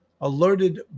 alerted